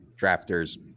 drafters